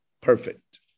perfect